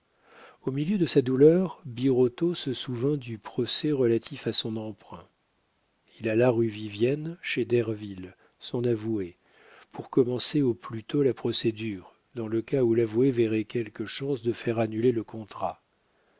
au milieu de sa douleur birotteau se souvint du procès relatif à son emprunt il alla rue vivienne chez derville son avoué pour commencer au plus tôt la procédure dans le cas où l'avoué verrait quelque chance de faire annuler le contrat